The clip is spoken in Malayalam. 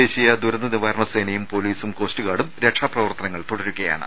ദേശീയ ദുരന്ത നിവാരണ സേനയും പൊലീസും കോസ്റ്റുഗാർഡും രക്ഷാ പ്രവർത്തനങ്ങൾ തുടരുകയാണ്